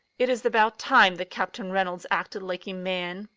it is about time that captain reynolds acted like a man,